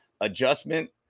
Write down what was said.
adjustment